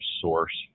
source